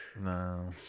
No